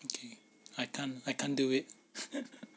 okay I can't I can't do it